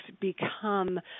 become